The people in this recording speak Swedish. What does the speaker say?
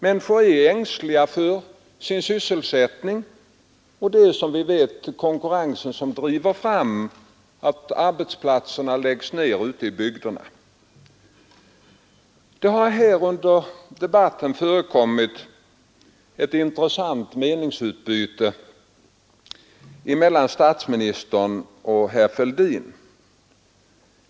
Människor är ängsliga för sin sysselsättning, och det är — som vi vet — konkurrensen som driver fram nedläggning av arbetsplatser ute i bygderna. Under den här debatten har det förekommit ett intressant meningsutbyte mellan statsministern och herr Fälldin.